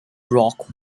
rock